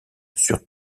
sur